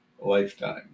lifetime